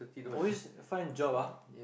always find job ah